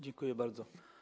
Dziękuję bardzo.